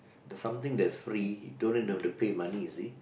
there's something that's free you don't even have to pay money you see